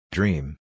Dream